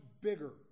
bigger